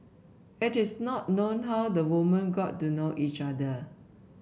it is not known how the women got to know each other